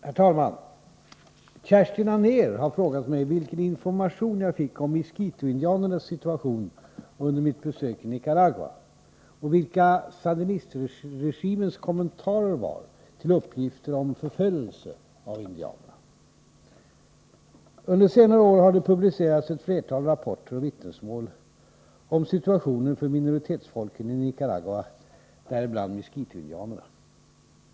Herr talman! Kerstin Anér har frågat mig vilken information jag fick om miskitoindianernas situation under mitt besök i Nicaragua och vilka sandinistregimens kommentarer var till uppgifter om förföljelse av indianerna. Under senare år har det publicerats ett flertal rapporter och vittnesmål om situationen för minoritetsfolken i Nicaragua, däribland miskitoindianerna.